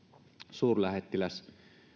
suurlähettiläs